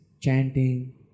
chanting